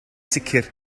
sicr